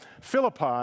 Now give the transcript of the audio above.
Philippi